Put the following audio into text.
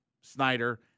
Snyder